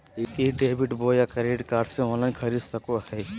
ई debit बोया credit card से online खरीद सको हिए?